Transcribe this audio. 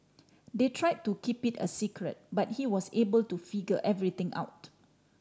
they try to keep it a secret but he was able to figure everything out